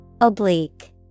Oblique